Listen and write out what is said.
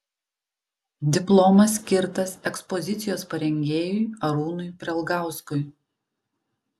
diplomas skirtas ekspozicijos parengėjui arūnui prelgauskui